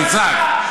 תצעק.